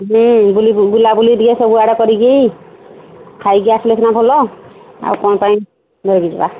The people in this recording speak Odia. ହଁ ବୁଲି ବୁଲା ବୁଲି ଟିକେ ସବୁଆଡ଼େ କରିକି ଖାଇକି ଆସିଲେ ସିନା ଭଲ ଆଉ କ'ଣ ପାଇଁ ନହେଲେ ଯିବା